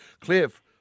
Cliff